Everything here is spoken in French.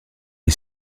est